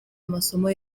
amasomo